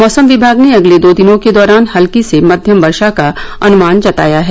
मौसम विभाग ने अगले दो दिनों के दौरान हल्की से मध्यम वर्षा का अन्मान जताया है